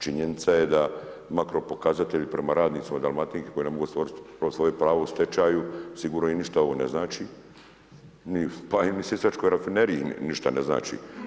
Činjenica je da makro pokazatelji prema radnicima Dalmatinke koji ne mogu ostvariti svoje pravo u stečaju sigurno im ništa ovo ne znači, pa ni Sisačkoj rafineriji ništa ne znači.